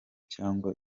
cyangwa